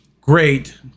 Great